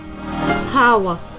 power